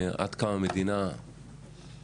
עד כמה המדינה מתערבת?